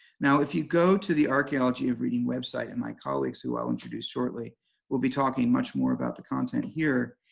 now, if you go to the archeology of reading website and my colleagues who i'll introduce shortly will be talking much more about the content here,